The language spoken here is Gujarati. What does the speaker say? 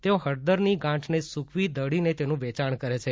તેઓ હળદરની ગાંઠને સૂકવી દળીને તેનું વેચાણ કરે છે